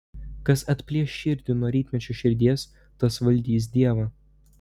kas atplėš širdį nuo rytmečio širdies tas valdys dievą